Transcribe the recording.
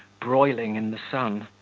broiling in the sun,